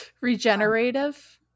Regenerative